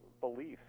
beliefs